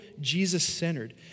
Jesus-centered